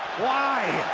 why?